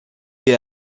est